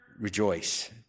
rejoice